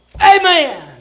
Amen